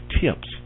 tips